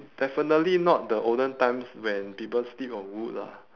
definitely not the olden times when people sleep on wood lah